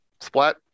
Splat